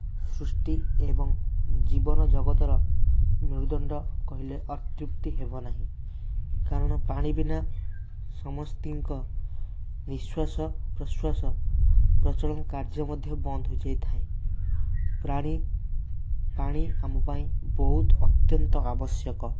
ସୃଷ୍ଟି ଏବଂ ଜୀବନ ଜଗତର ମେରୁଦଣ୍ଡ କହିଲେ ଅତ୍ୟୁକ୍ତି ହେବ ନାହିଁ କାରଣ ପାଣି ବିନା ସମସ୍ତଙ୍କ ନିଃଶ୍ୱାସ ପ୍ରଶ୍ୱାସ ପ୍ରଚଳନ କାର୍ଯ୍ୟ ମଧ୍ୟ ବନ୍ଦ ହୋଇଯାଇଥାଏ ପ୍ରାଣୀ ପାଣି ଆମ ପାଇଁ ବହୁତ ଅତ୍ୟନ୍ତ ଆବଶ୍ୟକ